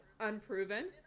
unproven